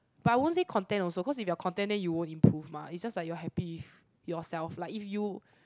but I won't think content also if you are content then you won't improve mah is just like you happy if yourself like if you